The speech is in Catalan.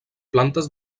plantes